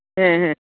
ᱦᱮᱸ ᱦᱮᱸ